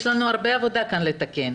יש לנו הרבה עבודה כאן לתקן,